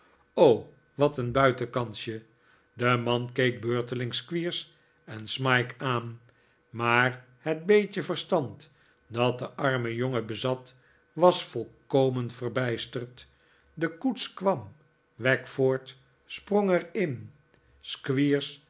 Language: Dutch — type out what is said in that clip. o wat een buitenkansje de man keek beurtelings squeers en smike aan maar het beetje verstand dat de arme jongen bezat was volkomen verbijsterd de koets kwam wackford sprong er in